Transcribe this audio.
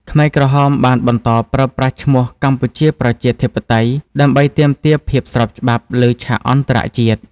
ខ្មែរក្រហមបានបន្តប្រើប្រាស់ឈ្មោះ «កម្ពុជាប្រជាធិបតេយ្យ» ដើម្បីទាមទារភាពស្របច្បាប់លើឆាកអន្តរជាតិ។